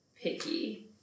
picky